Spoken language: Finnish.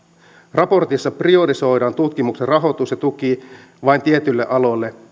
raportissa priorisoidaan tutkimuksen rahoitus ja tuki vain tietyille aloille